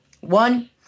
one